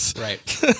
Right